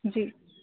जी